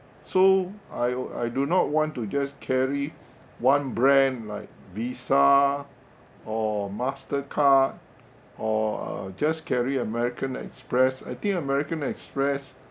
so I uh I do not want to just carry one brand like Visa or MasterCard or uh just carry American Express I think American Express